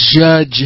judge